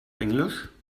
englisch